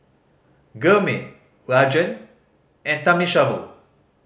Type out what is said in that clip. Gurmeet Rajan and Thamizhavel